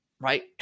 right